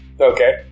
Okay